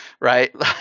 right